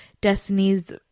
Destiny's